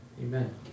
Amen